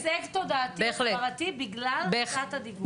זהו הישג תודעתי והסברתי, בגלל --- הדיווח.